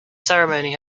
ceremony